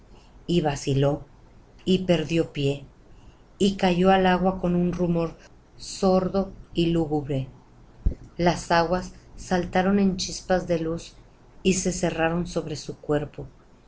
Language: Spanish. y vaciló y perdió pie y cayó al agua con un rumor sordo y lúgubre las aguas saltaron en chispas de luz y se cerraron sobre su cuerpo